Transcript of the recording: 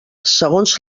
segons